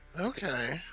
Okay